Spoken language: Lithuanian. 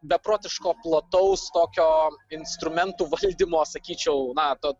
beprotiško plataus tokio instrumentų valdymo sakyčiau na to